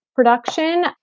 Production